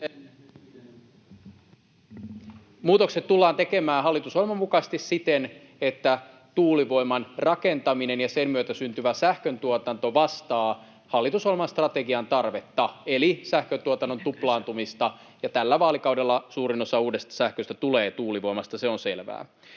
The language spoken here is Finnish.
muutokset tullaan tekemään hallitusohjelman mukaisesti siten, että tuulivoiman rakentaminen ja sen myötä syntyvä sähköntuotanto vastaavat hallitusohjelman strategian tarvetta eli sähköntuotannon tuplaantumista, ja tällä vaalikaudella suurin osa uudesta sähköstä tulee tuulivoimasta. Se on selvää.